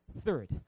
Third